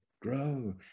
grow